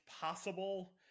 possible